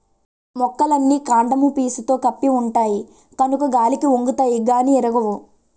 మొక్కలన్నీ కాండము పీసుతో కప్పి ఉంటాయి కనుక గాలికి ఒంగుతాయి గానీ ఇరగవు